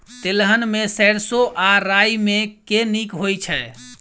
तेलहन मे सैरसो आ राई मे केँ नीक होइ छै?